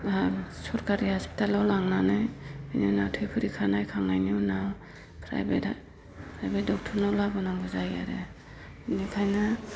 सोरखारि हस्पिटालाव लांनानै बिदिनो थै परिख्खा नायखांनायनि उनाव फ्राइभेट दक्टरनाव लाबोनांगौ जायो आरो बेनिखायनो